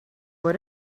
have